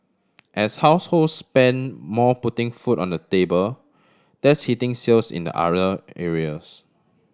as households spend more putting food on the table that's hitting sales in the other areas